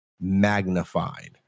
magnified